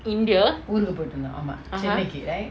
india (uh huh)